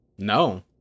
no